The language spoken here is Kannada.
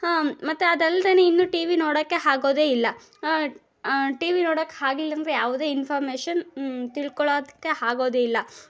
ಹಾಂ ಮತ್ತೆ ಅದಲ್ದೆ ಇನ್ನು ಟಿವಿ ನೋಡೋಕೆ ಆಗೋದೇ ಇಲ್ಲ ಟಿವಿ ನೋಡಕೆ ಆಗಿಲ್ಲಂದ್ರೆ ಯಾವುದೇ ಇನ್ಫಾರ್ಮೇಶನ್ ತಿಳ್ಕೊಳ್ಳೋದಕ್ಕೆ ಆಗೋದಿಲ್ಲ